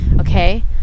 okay